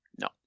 no